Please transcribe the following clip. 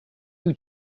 you